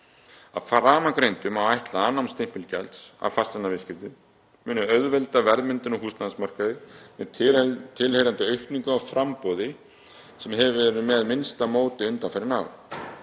Af framangreindu má ætla að afnám stimpilgjalds af fasteignaviðskiptum muni auðvelda verðmyndun á húsnæðismarkaði með tilheyrandi aukningu á framboði sem hefur verið með minnsta móti undanfarin ár.